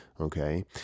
okay